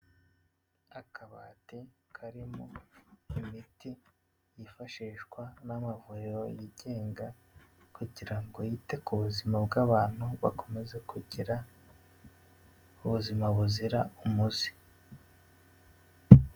Akabati karimo imiti, yifashishwa n'amavuriro yigenga kugira ngo yite ku buzima bw'abantu, bakomeze kugira ubuzima buzira umuze.